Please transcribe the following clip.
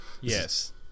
Yes